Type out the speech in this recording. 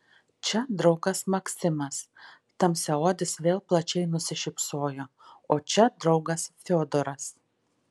čia draugas maksimas tamsiaodis vėl plačiai nusišypsojo o čia draugas fiodoras